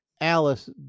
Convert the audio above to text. Alice